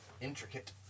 Intricate